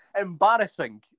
embarrassing